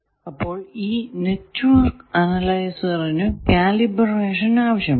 അപ്പോൾ ഈ നെറ്റ്വർക്ക് അനലൈസറിനു കാലിബറേഷൻ ആവശ്യമാണ്